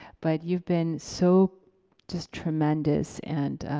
but you've been so just tremendous and